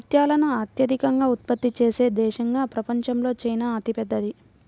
ముత్యాలను అత్యధికంగా ఉత్పత్తి చేసే దేశంగా ప్రపంచంలో చైనా అతిపెద్దది